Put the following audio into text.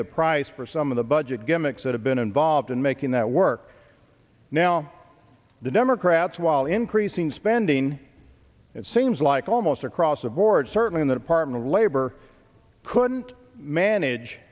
the price for some of the budget gimmicks that have been involved in making that work now the democrats while increasing spending it seems like almost across the board certainly in the department of labor couldn't manage